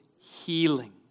healing